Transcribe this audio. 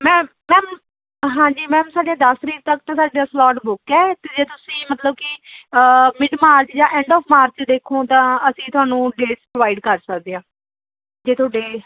ਮੈ ਮੈਮ ਹਾਂਜੀ ਮੈਮ ਸਾਡੇ ਦਸ ਤਾਰੀਕ ਤੱਕ ਤਾਂ ਸਾਡੇ ਸਲੋਟ ਬੁੱਕ ਹੈ ਜੇ ਤੁਸੀਂ ਮਤਲਬ ਕਿ ਮਿਡ ਮਾਰਚ ਜਾਂ ਐਂਡ ਆਫ ਮਾਰਚ ਦੇਖੋ ਤਾਂ ਅਸੀਂ ਤੁਹਾਨੂੰ ਡੇਟਸ ਪ੍ਰੋਵਾਈਡ ਕਰ ਸਕਦੇ ਹਾਂ ਜੇ ਤੁਹਾਡੇ